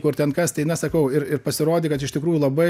kur ten kas tai na sakau ir ir pasirodė kad iš tikrųjų labai